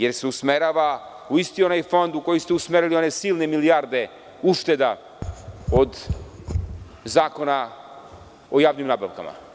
Da li se usmerava u onaj isti fond u koji ste usmerili silne milijarde ušteda od Zakona o javnim nabavkama?